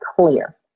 clear